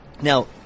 Now